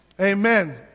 Amen